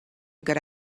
good